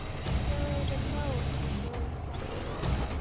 stiller the note of the birds on the hill